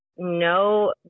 no